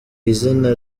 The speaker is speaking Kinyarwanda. izina